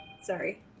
sorry